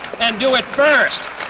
and do it first!